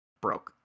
broke